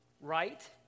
right